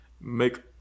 make